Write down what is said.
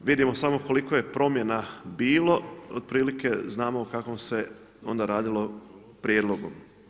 Vidimo samo koliko je promjena bilo otprilike, znamo o kakvom se, onda radilo prijedlogu.